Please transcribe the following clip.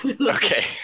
Okay